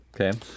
Okay